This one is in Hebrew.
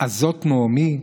הזאת נעמי?